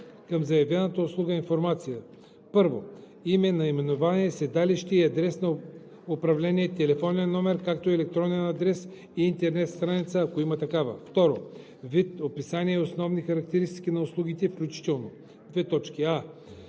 към заявената услуга информация: 1. име/наименование, седалище и адрес на управление, телефонен номер, както и електронен адрес и интернет страница, ако има такива; 2. вид, описание и основни характеристики на услугите, включително: а) всички